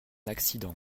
accident